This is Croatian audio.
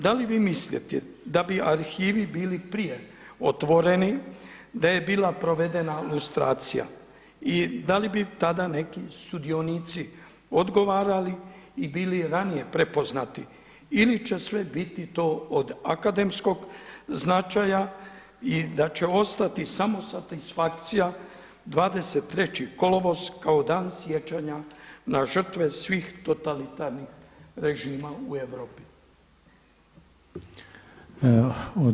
Da li vi mislite da bi arhivi bili prije otvoreni da je bila provedena lustracija i da li bi tada neki sudionici odgovarali i bili ranije prepoznati ili će sve biti sve to od akademskog značaja i da će ostati samo satisfakcija 23. kolovoz kao Dan sjećanja na žrtve svih totalitarnih režima u Europi.